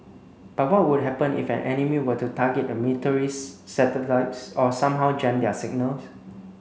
but what would happen if an enemy were to target the military's satellites or somehow jam their signals